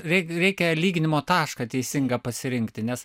reik reikia lyginimo tašką teisingą pasirinkti nes